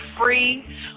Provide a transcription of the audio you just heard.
free